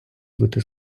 бути